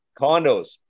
Condos